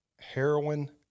heroin